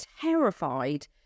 terrified